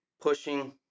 pushing